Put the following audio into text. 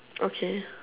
okay